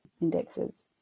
indexes